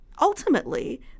ultimately